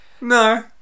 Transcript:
no